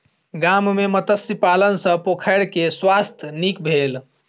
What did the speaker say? गाम में मत्स्य पालन सॅ पोखैर के स्वास्थ्य नीक भेल